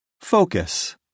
Focus